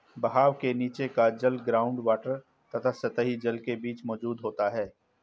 बहाव के नीचे का जल ग्राउंड वॉटर तथा सतही जल के बीच मौजूद होता है